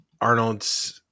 Arnold's